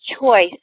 choice